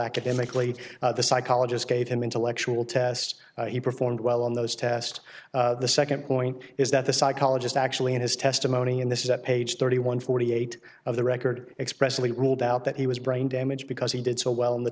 academically the psychologist gave him intellectual test he performed well on those tests the second point is that the psychologist actually in his testimony and this is at page thirty one forty eight of the record expressly ruled out that he was brain damaged because he did so well in the